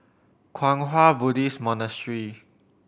Kwang Hua Buddhist Monastery